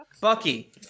Bucky